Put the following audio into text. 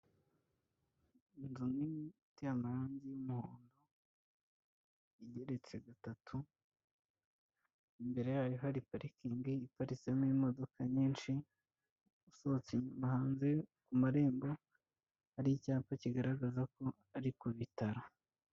Inzu nini iteye amarangi y'umuhondo igeretse gatatu, imbere yayo hari parikingi iparitsemo imodoka nyinshi, usohotse inyuma hanze ku marembo, hari icyapa kigaragaza ko ari ku bitaro.